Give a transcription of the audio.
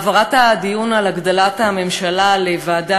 העברת הדיון על הגדלת הממשלה לוועדה